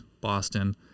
Boston